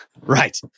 Right